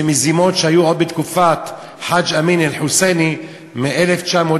אלה מזימות שהיו עוד בתקופת חאג' אמין אל-חוסייני ב-1929,